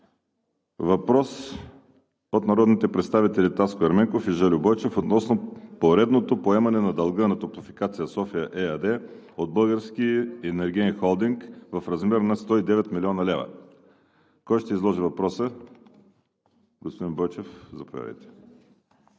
Въпрос от народните представители Таско Ерменков и Жельо Бойчев относно поредното поемане на дълга на „Топлофикация София“ ЕАД от Българския енергиен холдинг в размер на 109 млн. лв. Кой ще изложи въпроса? Господин Бойчев, заповядайте